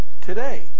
Today